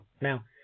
Now